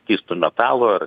skysto metalo ar